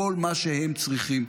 כל מה שהם צריכים.